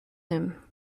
him